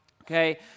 Okay